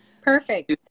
Perfect